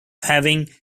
having